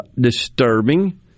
disturbing